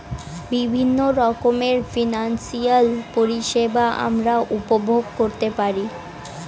বিভিন্ন রকমের ফিনান্সিয়াল পরিষেবা আমরা উপভোগ করতে পারি